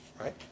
Right